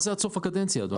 מה זה עד סוף הקדנציה, אדוני?